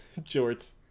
Jorts